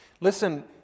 Listen